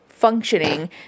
functioning